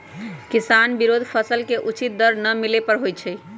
किसान विरोध फसल के उचित दर न मिले पर होई छै